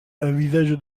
envisagent